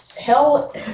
Hell